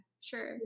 sure